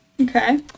Okay